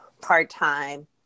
part-time